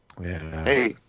Hey